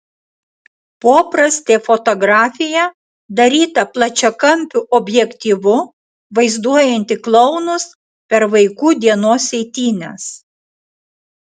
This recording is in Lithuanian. poprastė fotografija daryta plačiakampiu objektyvu vaizduojanti klounus per vaikų dienos eitynes